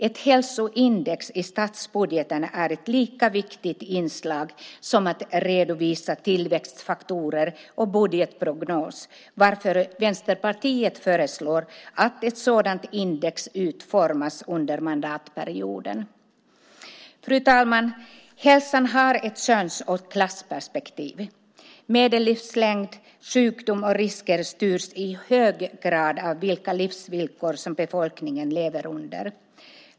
Ett hälsoindex i statsbudgeten är ett lika viktigt inslag som att redovisa tillväxtfaktorer och budgetprognos, varför Vänsterpartiet föreslår att ett sådant index utformas under mandatperioden. Fru talman! Hälsan har ett köns och klassperspektiv. Medellivslängd, sjukdom och risker styrs i hög grad av vilka livsvillkor som befolkningen lever under.